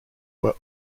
were